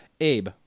Abe